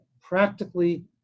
practically